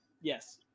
Yes